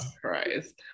Christ